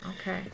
okay